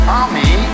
army